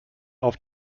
auf